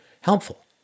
helpful